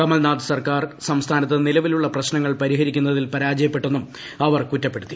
കമൽനാഥ് സർക്കാർ സംസ്ഥാനത്ത് നിലവിലുള്ള പ്രശ്നങ്ങൾ പരിഹരിക്കുന്നതിൽ പരാജയപ്പെട്ടെന്നും അവർ കുറ്റപ്പെടുത്തി